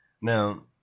Now